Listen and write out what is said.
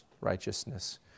Righteousness